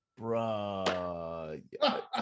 Bruh